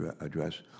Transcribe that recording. address